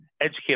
educate